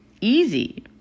Easy